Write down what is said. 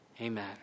Amen